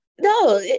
no